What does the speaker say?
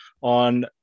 on